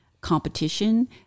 competition